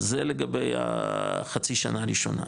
אז זה לגבי החצי שנה הראשונה,